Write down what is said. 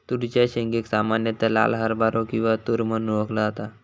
तुरीच्या शेंगेक सामान्यता लाल हरभरो किंवा तुर म्हणून ओळखला जाता